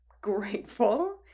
grateful